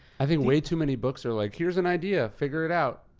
i mean way too many books are like, here's an idea, figure it out.